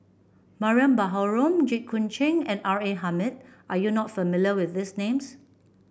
Mariam Baharom Jit Koon Ch'ng and R A Hamid are you not familiar with these names